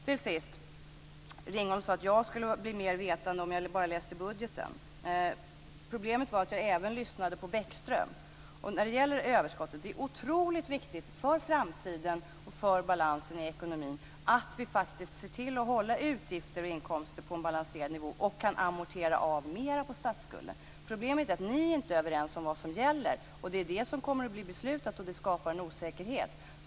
Vidare sade Ringholm att jag skulle bli mer vetande om jag bara läste budgeten. Problemet är att jag även lyssnade på Bäckström. När det gäller överskottet är det otroligt viktigt, för framtiden och för balansen i ekonomin, att vi ser till att hålla utgifter och inkomster på en balanserad nivå och kan amortera av mer på statsskulden. Problemet är att ni inte är överens om vad som gäller. Det är det som kommer att bli beslutat, och det skapar en osäkerhet.